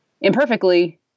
imperfectly